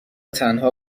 تنها